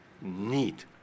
need